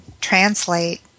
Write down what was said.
translate